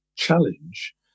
challenge